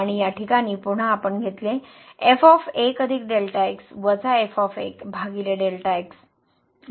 आणि या प्रकरणात पुन्हा आपण घेतला तरलिमिट → 0 आणि